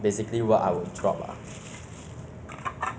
you know that's why that's why I say like I very stress ah cause